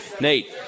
Nate